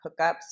hookups